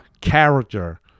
character